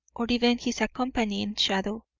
or even his accompanying shadow.